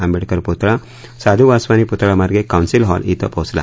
आंबेडकर पुतळा साधू वास्वानी पुतळा मार्गे कौन्सील हॉल इथं पोचला